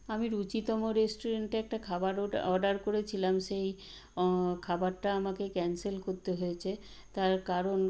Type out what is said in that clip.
আমি রুচিতম রেস্টুরেন্টে একটা খাবার অর্ডার করেছিলাম সেই খাবারটা আমাকে ক্যান্সেল করতে হয়েছে তার কারণ